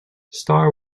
star